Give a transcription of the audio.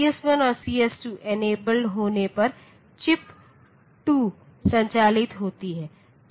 CS1 और CS2 enable होने पर चिप 2 संचालित होती है